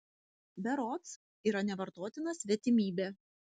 berods yra nevartotina svetimybė